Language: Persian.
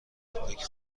اوپک